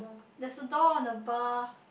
there's a door on the bar